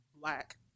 black